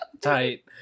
Tight